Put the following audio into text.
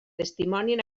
testimonien